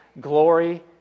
glory